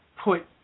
put